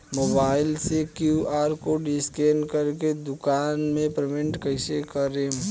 Mobile से QR code scan कर के दुकान मे पेमेंट कईसे करेम?